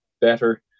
better